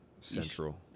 central